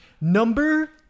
Number